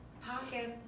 Pocket